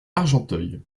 argenteuil